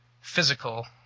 physical